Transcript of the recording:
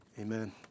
amen